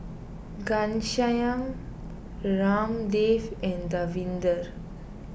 Ghanshyam Ramdev and Davinder